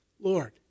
Lord